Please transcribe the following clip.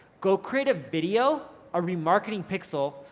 go create a video, a remarketing pixel,